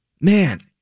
man